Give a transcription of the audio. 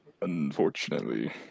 Unfortunately